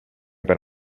per